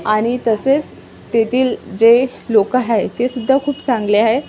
आणि तसेच तेथील जे लोक आहे ते सुद्धा खूप चांगले आहे